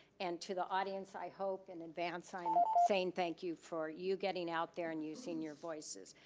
and to the audience, i hope in advance i'm saying thank you for you getting out there and using your voices.